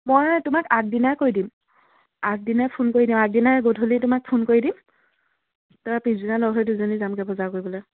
মই তোমাক আগদিনাই কৈ দিম আগদিনাই ফোন কৰি দিম আগদিনাই গধূলি তোমাক ফোন কৰি দিম ত পিছদিনা লগ হৈ দুইজনী যামগৈ বজাৰ কৰিবলৈ